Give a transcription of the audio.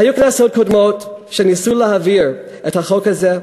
היו כנסות קודמות שניסו להעביר את החוק הזה,